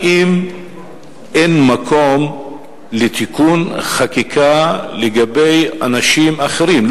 האם אין מקום לתיקון חקיקה לגבי אנשים אחרים,